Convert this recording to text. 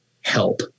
help